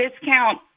discount